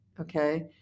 Okay